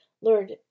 Lord